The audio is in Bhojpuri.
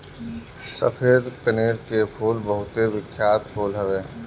सफ़ेद कनेर के फूल बहुते बिख्यात फूल हवे